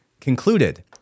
concluded